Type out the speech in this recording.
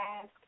ask